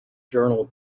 journal